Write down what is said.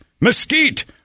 Mesquite